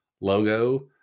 logo